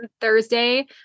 Thursday